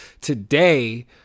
Today